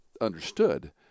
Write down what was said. understood